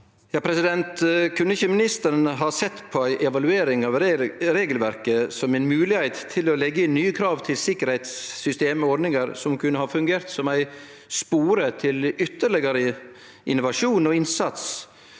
(H) Kunne ikkje ministeren ha sett på ei evaluering av regelverket som ei moglegheit til å leggje inn nye krav til sikkerheitssystem og ordningar som kunne ha fungert som ein spore til ytterlegare innovasjon og innsats